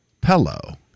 Pillow